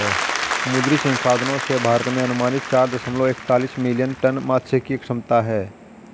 मुद्री संसाधनों से, भारत में अनुमानित चार दशमलव एकतालिश मिलियन टन मात्स्यिकी क्षमता है